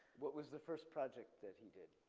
what was the first project that he did.